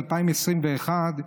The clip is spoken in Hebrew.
2021,